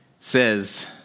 says